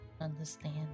Understand